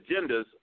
Agendas